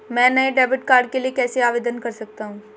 मैं नए debit card के लिए कैसे आवेदन कर सकता हूँ?